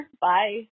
Bye